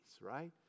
Right